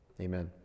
Amen